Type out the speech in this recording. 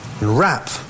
wrap